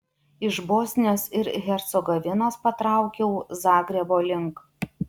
iš bosnijos ir hercegovinos patraukiau zagrebo link